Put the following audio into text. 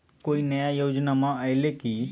कोइ नया योजनामा आइले की?